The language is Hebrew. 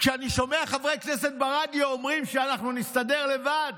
כשאני שומע חברי כנסת ברדיו אומרים שאנחנו נסתדר לבד,